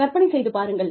கற்பனை செய்து பாருங்கள்